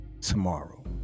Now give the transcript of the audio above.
tomorrow